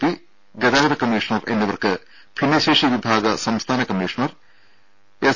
P ഗതാഗത കമ്മീഷണർ എന്നിവർക്ക് ഭിന്നശേഷി വിഭാഗ സംസ്ഥാന കമ്മീഷണർ എസ്